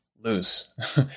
lose